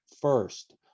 first